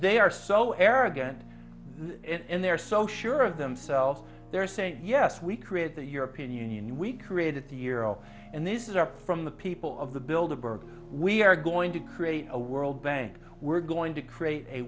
they are so arrogant and they're so sure of themselves they're saying yes we created the european union we created the euro and this is our from the people of the building burg we are going to create a world bank we're going to create a